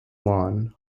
lawn